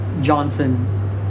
Johnson